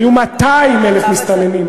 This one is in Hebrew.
היו 200,000 מסתננים,